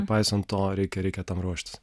nepaisant to reikia reikia tam ruoštis